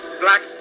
black